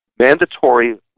mandatory